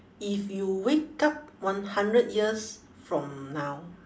if you wake up one hundred years from now